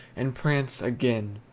and prance again.